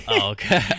okay